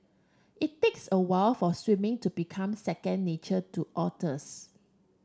it takes a while for swimming to become second nature to otters